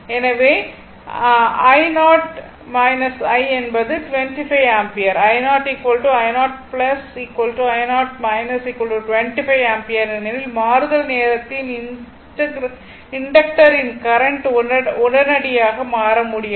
எனவே i0 I என்பது 25 ampere i0 i0 i0 25 ampere ஏனெனில் மாறுதல் நேரத்தில் இண்டக்டரின் கரண்ட் உடனடியாக மாற முடியாது